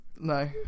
No